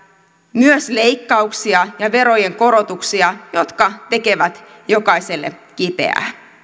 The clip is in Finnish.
myös leikkauksia ja verojen korotuksia jotka tekevät jokaiselle kipeää